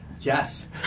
Yes